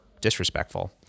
disrespectful